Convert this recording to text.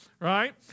right